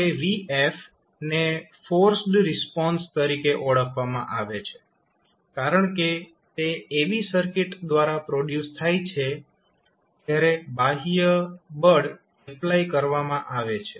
હવે vf ને forced response તરીકે ઓળખવામાં આવે છે કારણકે તે એવી સર્કિટ દ્વારા પ્રોડ્યુસ થાય છે જ્યારે બાહ્ય બળ એપ્લાય કરવામાં આવે છે